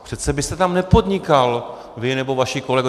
Přece byste tam nepodnikal, vy nebo vaši kolegové.